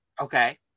Okay